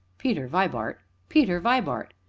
peter vibart! peter vibart!